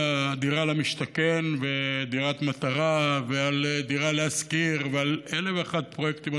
דירה למשתכן ודירת מטרה ודירה להשכיר ועל אלף ואחד פרויקטים,